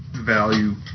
value